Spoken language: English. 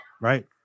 right